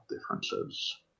differences